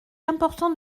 important